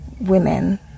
women